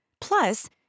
Plus